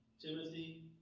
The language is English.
Timothy